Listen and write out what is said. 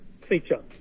feature